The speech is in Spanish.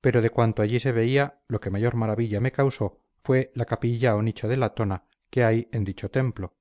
pero de cuanto allí se veía lo que mayor maravilla me causó fue la capilla o nicho de latona que hay en dicho templo